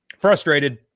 Frustrated